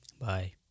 Bye